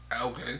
Okay